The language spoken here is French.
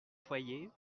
foyer